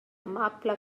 amable